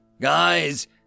guys